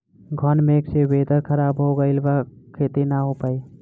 घन मेघ से वेदर ख़राब हो गइल बा खेती न हो पाई